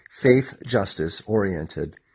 faith-justice-oriented